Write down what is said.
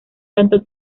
tanto